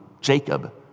Jacob